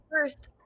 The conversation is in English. first